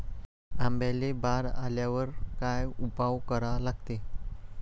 आंब्याले बार आल्यावर काय उपाव करा लागते?